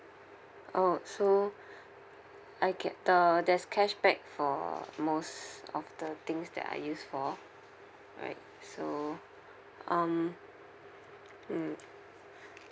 orh so I get the there's cashback for most of the things that I use for right so um mm